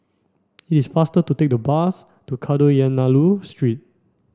it's faster to take the bus to Kadayanallur Street